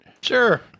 Sure